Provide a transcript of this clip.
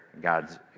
God's